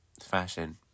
fashion